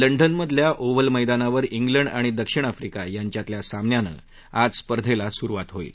लंडनमधल्या ओव्हल मैदानावर क्रिंड आणि दक्षिण आफ्रिका यांच्यातल्या सामन्यानं आज स्पर्धेला सुरुवात होईल